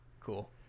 Cool